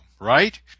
right